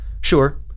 Sure